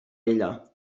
ella